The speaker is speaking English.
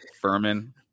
Furman